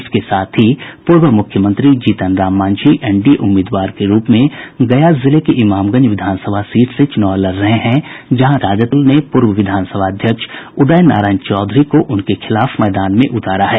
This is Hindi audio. इसके साथ ही पूर्व मुख्यमंत्री जीतन राम मांझी एनडीए उम्मीदवार के रूप में गया जिले के इमामगंज विधानसभा सीट से चूनाव लड़ रहे हैं जहां राष्ट्रीय जनता दल ने पूर्व विधानसभा अध्यक्ष उदय नारायण चौधरी को उनके खिलाफ मैदान में उतारा है